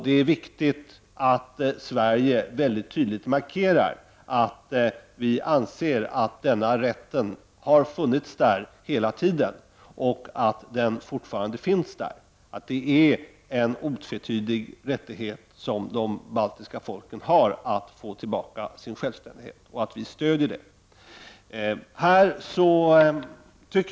Det är viktigt att Sverige mycket tydligt markerar att vi anser att denna rätt har funnits hela tiden och att den fortfarande finns, att de baltiska folken har en otvetydig rättighet att få tillbaka sin självständighet och att vi stödjer detta.